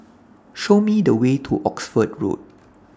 Show Me The Way to Oxford Road